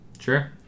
Sure